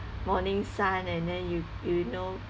morning sun and then you you know